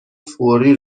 فوری